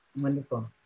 Wonderful